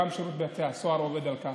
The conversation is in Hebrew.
גם שירות בתי הסוהר עובד על כך,